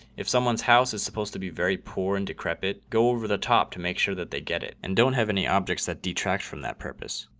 if someone's house is supposed to be very poor and decrepit. go over the top to make sure that they get it and don't have any objects that detract from that purpose.